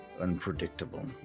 unpredictable